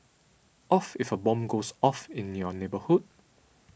of if a bomb goes off in your neighbourhood